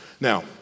Now